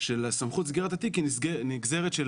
של סמכות סגירת התיק היא נגזרת של